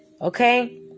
okay